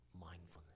mindfulness